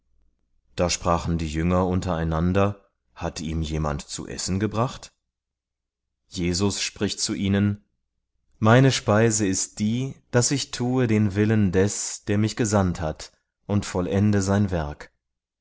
da sprachen die jünger untereinander hat ihm jemand zu essen gebracht jesus spricht zu ihnen meine speise ist die daß ich tue den willen des der mich gesandt hat und vollende sein werk